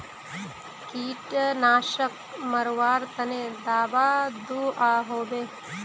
कीटनाशक मरवार तने दाबा दुआहोबे?